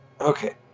Okay